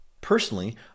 Personally